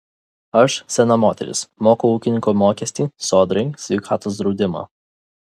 aš sena moteris moku ūkininko mokestį sodrai sveikatos draudimą